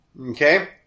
Okay